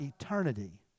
eternity